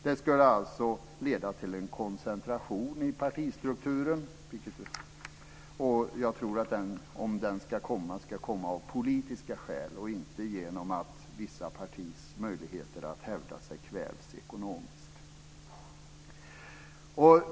Det skulle alltså leda till en koncentration i partistrukturen, och jag tror att den, om den ska komma, ska komma av politiska skäl och inte genom att vissa partiers möjligheter att hävda sig kvävs ekonomiskt.